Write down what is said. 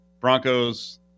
Broncos